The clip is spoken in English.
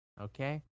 Okay